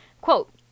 Quote